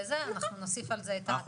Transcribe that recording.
אנחנו נוסיף על זה את התוספת הזאת.